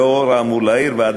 לאור האמור לעיל,